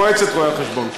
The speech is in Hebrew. מועצת רואי-חשבון.